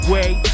Wait